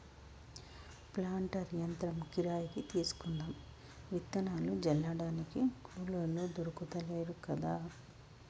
planter యంత్రం కిరాయికి తీసుకుందాం విత్తనాలు జల్లడానికి కూలోళ్లు దొర్కుతలేరు కదా